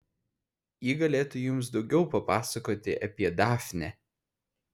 ji galėtų jums daugiau papasakoti apie dafnę